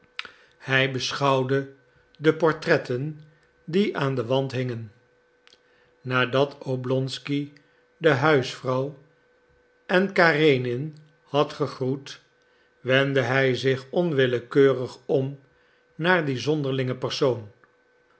hij beschouwde de portretten die aan den wand hingen nadat oblonsky de huisvrouw en karenin had gegroet wendde hij zich onwillekeurig om naar dien zonderlingen persoon